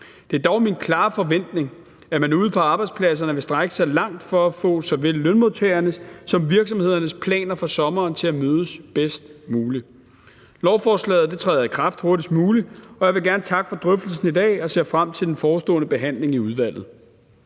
Det er dog min klare forventning, at man ude på arbejdspladserne vil strække sig langt for at få såvel lønmodtagernes som virksomhedernes planer for sommeren til at mødes bedst muligt. Loven træder i kraft hurtigst muligt, og jeg vil gerne takke for drøftelsen i dag og ser frem til den forestående behandling i udvalget.